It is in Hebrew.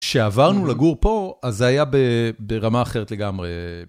כשעברנו לגור פה, אז זה היה ברמה אחרת לגמרי.